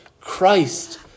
Christ